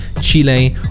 Chile